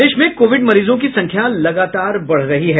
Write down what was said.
प्रदेश में कोविड मरीजों की संख्या लगातार बढ़ रही है